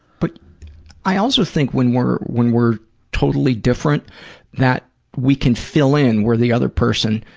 but i also think when we're when we're totally different that we can fill in where the other person